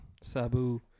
Sabu